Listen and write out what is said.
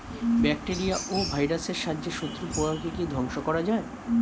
Bacteria ও ভাইরাসের সাহায্যে শত্রু পোকাকে কি ধ্বংস করা যায়?